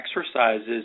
exercises